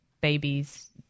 babies